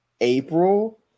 April